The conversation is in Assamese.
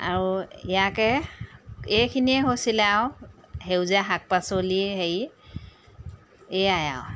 আৰু ইয়াকে এইখিনিয়ে হৈছিলে আৰু সেউজীয়া শাক পাচলি হেৰি এয়াই আৰু